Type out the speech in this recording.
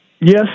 Yes